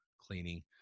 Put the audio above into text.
cleaning